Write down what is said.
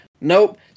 Nope